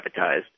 privatized